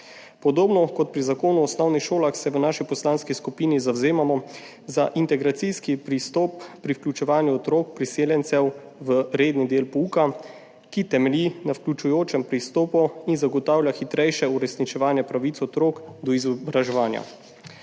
Podobno kot pri Zakonu o osnovnih šolah se v naši poslanski skupini zavzemamo za integracijski pristop pri vključevanju otrok priseljencev v redni del pouka, ki temelji na vključujočem pristopu in zagotavlja hitrejše uresničevanje pravic otrok do izobraževanja.